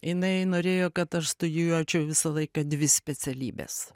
jinai norėjo kad aš studijuočiau visą laiką dvi specialybes